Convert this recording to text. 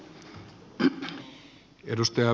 arvoisa puhemies